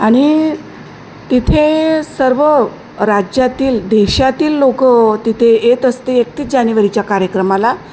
आणि तिथे सर्व राज्यातील देशातील लोक तिथे येत असते एकतीस जानेवारीच्या कार्यक्रमाला